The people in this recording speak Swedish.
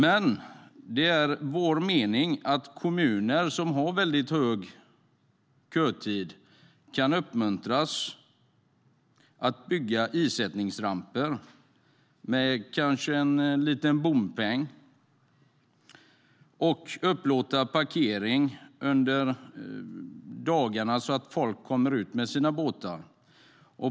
Enligt vår mening bör kommuner med långa kötider uppmuntras att bygga isättningsramper - kanske med en liten bompeng - och upplåta parkering dagtid så att folk kan komma ut med sina båtar.